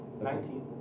Nineteen